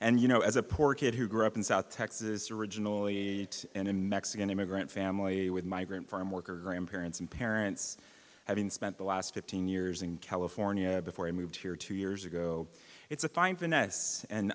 and you know as a poor kid who grew up in south texas originally in a mexican immigrant family with migrant farm worker grandparents and parents having spent the last fifteen years in california before i moved here two years ago it's a fine finesse and